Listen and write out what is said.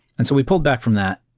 and so we pulled back from that,